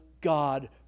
God